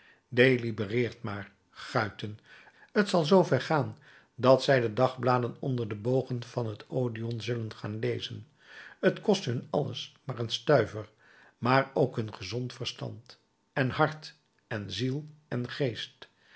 delibereert maar guiten t zal zoo ver gaan dat zij de dagbladen onder de bogen van t odéon zullen gaan lezen t kost hun alles maar een stuiver maar ook hun gezond verstand en hart en ziel en geest